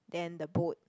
then the boat